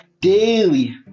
daily